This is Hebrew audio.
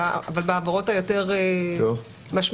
אבל בעבירות היותר משמעותיות,